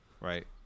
Right